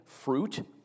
fruit